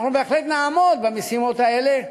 אנחנו בהחלט נעמוד במשימות האלה,